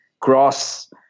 cross